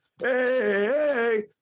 hey